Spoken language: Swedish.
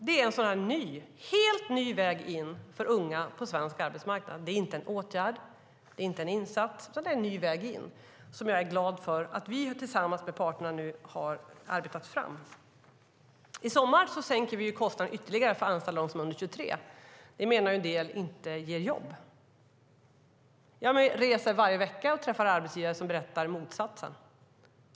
Det är en helt ny väg in på svensk arbetsmarknad för unga. Det är inte en åtgärd eller en insats, utan en ny väg in som jag är glad för att vi har arbetat fram tillsammans med parterna. I sommar sänker vi kostnaden ytterligare för att anställa dem som är under 23. En del menar att det inte ger jobb. Jag reser varje vecka och träffar arbetsgivare som berättar motsatsen.